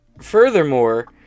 Furthermore